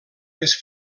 més